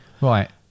Right